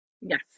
Yes